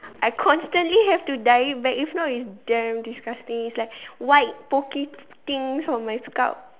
I constantly have to dye it back if not it's damn disgusting it's like white pokey things on my scalp